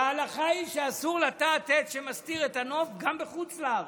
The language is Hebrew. ההלכה היא שאסור לטעת עץ שמסתיר את הנוף גם בחוץ לארץ.